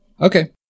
Okay